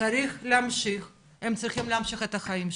צריך להמשיך והם צריכים להמשיך את החיים שלהם.